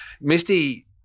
Misty